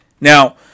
Now